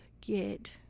get